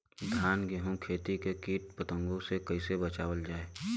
धान गेहूँक खेती के कीट पतंगों से कइसे बचावल जाए?